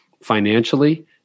financially